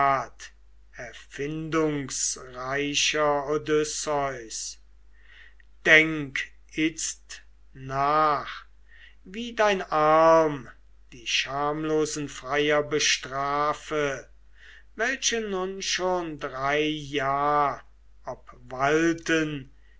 erfindungsreicher odysseus denk itzt nach wie dein arm die schamlosen freier bestrafe welche nun schon drei jahr obwalten